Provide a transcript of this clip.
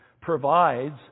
provides